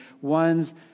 ones